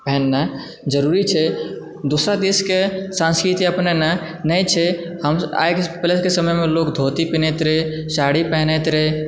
पहिरनाइ जरुरी छै दोसर देशके सांस्कृति अपनेनाइ नहि छै आइ पहिनेके समयमे लोग धोती पहिरैत रहै साड़ी पहिरैत रहै